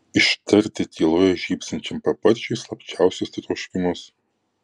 ištarti tyloje žybsinčiam paparčiui slapčiausius troškimus